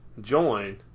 join